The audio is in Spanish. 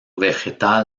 vegetal